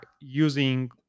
using